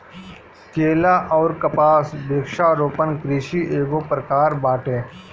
केला अउर कपास वृक्षारोपण कृषि एगो प्रकार बाटे